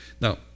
now